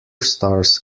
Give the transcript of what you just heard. stars